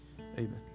Amen